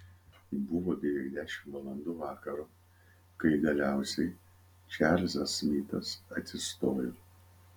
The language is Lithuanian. buvo beveik dešimt valandų vakaro kai galiausiai čarlzas smitas atsistojo